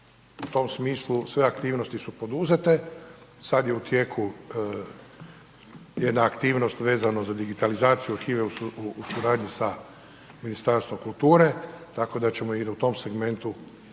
U tom smislu sve aktivnosti su poduzete, sad je u tijeku jedna aktivnost vezano za digitalizaciju arhive u suradnji sa Ministarstvom kulture tako da ćemo i u tom segmentu